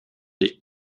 des